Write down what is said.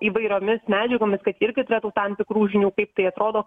įvairiomis medžiagomis kad jie irgi turėtų tam tikrų žinių kaip tai atrodo